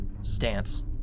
stance